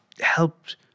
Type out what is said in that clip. helped